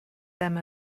them